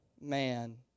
man